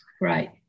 right